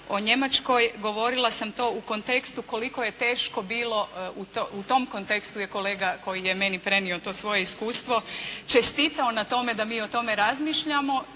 o Njemačkoj govorila sam to u kontekstu koliko je teško bilo. U tom kontekstu je kolega koji je meni prenio to svoje iskustvo čestitao na tome da mi o tome razmišljamo,